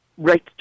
right